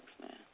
man